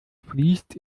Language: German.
fließt